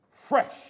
Fresh